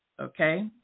okay